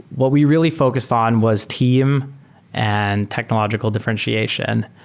what we really focused on was team and technological differentiation.